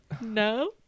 No